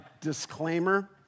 disclaimer